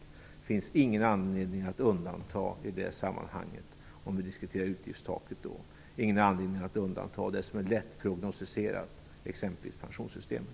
Det finns ingen anledning att i det sammanhanget - vi talar om utgiftstaket undanta det som är lätt prognosticerat, exempelvis pensionssystemet.